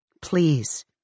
Please